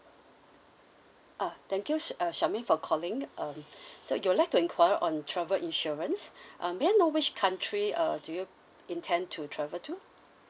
uh thank you ch~ uh charmaine for calling um so you would like to enquire on travel insurance um may I know which country uh do you intend to travel to